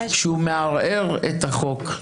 כשהוא מערער את החוק.